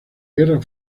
guerra